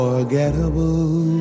Unforgettable